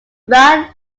run